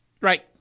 right